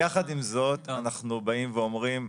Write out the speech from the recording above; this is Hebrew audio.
יחד עם זאת, אנחנו באים ואומרים: